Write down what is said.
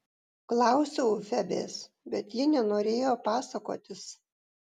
klausiau febės bet ji nenorėjo pasakotis